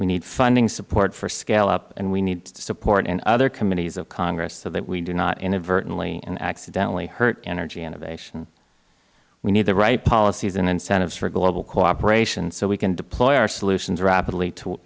we need funding support for scale up and we need support in other committees of congress so that we do not inadvertently and accidentally hurt energy innovation we need the right policies and incentives for global cooperation so we can deploy our solutions rapidly to